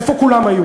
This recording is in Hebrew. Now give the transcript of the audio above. איפה כולם היו?